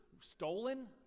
stolen